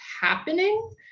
happening